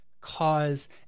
cause